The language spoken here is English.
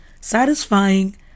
Satisfying